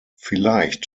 vielleicht